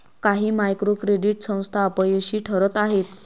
काही micro credit संस्था अपयशी ठरत आहेत